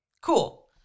Cool